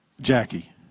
Jackie